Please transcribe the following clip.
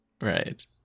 Right